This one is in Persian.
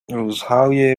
روزهای